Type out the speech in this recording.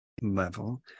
level